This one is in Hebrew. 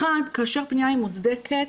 כאשר פניה היא מוצדקת,